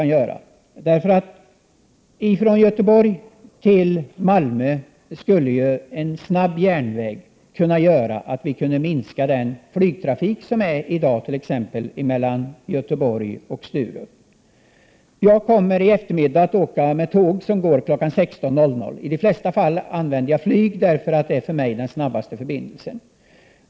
En snabb järnväg från Göteborg till Malmö skulle kunna innebära en minskning av dagens flygtrafik mellan Göteborg och Sturup. Jag kommer i eftermiddag att åka med ett tåg som går klockan 16.00. I de flesta fall använder jag flyg, för det är för mig den snabbaste förbindelsen.